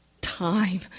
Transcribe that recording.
time